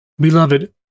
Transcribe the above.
Beloved